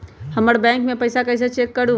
हमर बैंक में पईसा कईसे चेक करु?